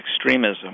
extremism